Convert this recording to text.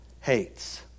hates